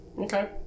Okay